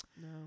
No